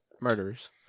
murderers